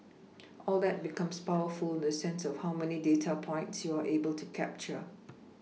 all that becomes powerful in the sense of how many data points you are able to capture